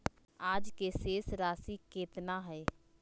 आज के शेष राशि केतना हइ?